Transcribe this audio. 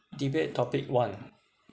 debate topic one